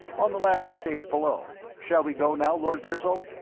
on the landing stage below. shall we go now, lord virzal?